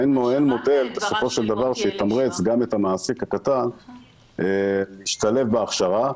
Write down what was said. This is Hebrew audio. אין מודל בסופו של דבר שיתמרץ גם את המעסיק הקטן להשתלב בהכשרה.